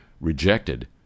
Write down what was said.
rejected